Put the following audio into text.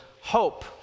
hope